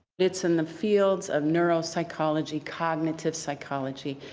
it's in the fields of neuro psychology, cognitive psychology,